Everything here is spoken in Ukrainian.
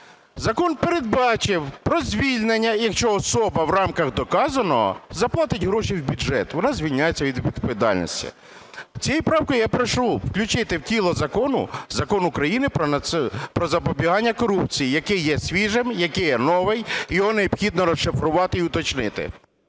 Закон передбачив про звільнення: якщо особа в рамках доказаного заплатить гроші в бюджет, вона звільняється від відповідальності. Цією правкою я прошу включити в тіло закону, Закону України "Про запобігання корупції", який є свіжим, який є новий, його необхідно розшифрувати і уточнити.